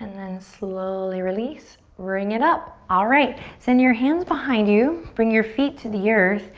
and then slowly release. bring it up. alright, send your hands behind you. bring your feet to the earth.